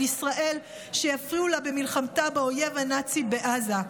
ישראל שיפריעו לה במלחמתה באויב הנאצי בעזה.